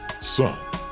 Son